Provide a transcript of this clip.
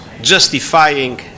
justifying